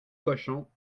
cochons